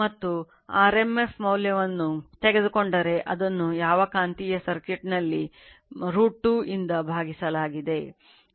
ಮತ್ತು rmf ಮೌಲ್ಯವನ್ನು ತೆಗೆದುಕೊಂಡರೆ ಅದನ್ನು ಯಾವ ಕಾಂತೀಯ ಸರ್ಕ್ಯೂಟ್ನಲ್ಲಿ √ 2 ಇಂದ ಭಾಗಿಸಲಾಗಿದೆ